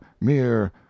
mere